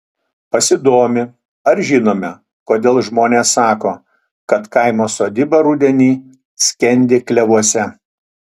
pasidomi ar žinome kodėl žmonės sako kad kaimo sodyba rudenį skendi klevuose